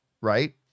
right